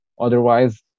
Otherwise